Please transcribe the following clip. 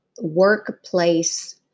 workplace